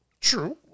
True